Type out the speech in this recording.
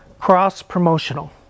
cross-promotional